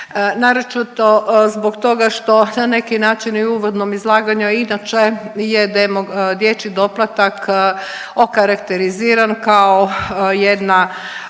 Naročito zbog toga što na neki način i u uvodnom izlaganju, a i inače je dječji doplatak okarakteriziran kao jedna